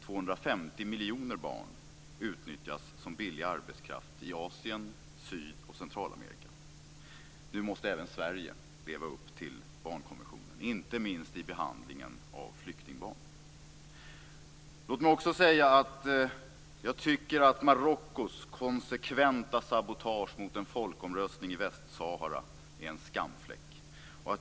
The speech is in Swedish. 250 miljoner barn utnyttjas som billig arbetskraft i Asien, Sydamerika och Centralamerika. Nu måste även Sverige leva upp till barnkonventionen, inte minst i behandlingen av flyktingbarn. Marockos konsekventa sabotage mot en folkomröstning i Västsahara är en skamfläck.